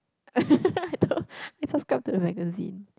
I thought I subscribe to the magazine